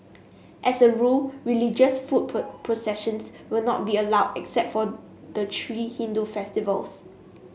as a rule religious foot processions will not be allowed except for the three Hindu festivals